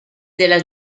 della